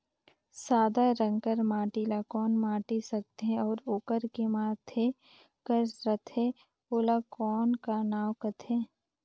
सादा रंग कर माटी ला कौन माटी सकथे अउ ओकर के माधे कर रथे ओला कौन का नाव काथे?